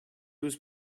was